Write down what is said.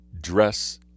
dress